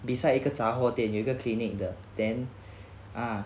beside 一个杂货店有个 clinic 的 then ah